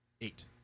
Eight